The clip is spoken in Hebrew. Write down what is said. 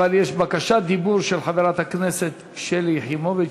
אבל יש בקשת דיבור של חברת הכנסת שלי יחימוביץ,